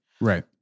Right